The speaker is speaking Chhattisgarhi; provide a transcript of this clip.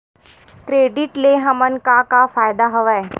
क्रेडिट ले हमन का का फ़ायदा हवय?